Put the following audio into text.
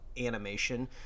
animation